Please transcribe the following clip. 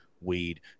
weed